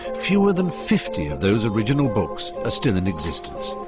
fewer than fifty of those original books are still in existence.